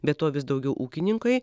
be to vis daugiau ūkininkai